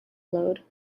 load